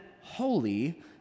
holy